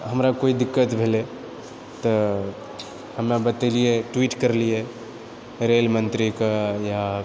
हमरा कोइ दिक्कत भेलै तऽ हमे बतेलिऐ ट्वीट करलिऐ रेलमंत्रीके या